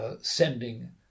sending